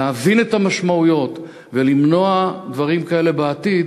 להבין את המשמעויות ולמנוע דברים כאלה בעתיד,